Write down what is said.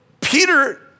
Peter